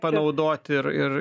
panaudot ir ir